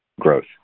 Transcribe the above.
Growth